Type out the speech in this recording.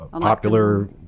popular